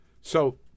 So-